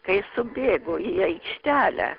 kai subėgo į aikštelę